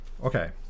Okay